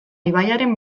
ibaiaren